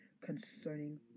concerning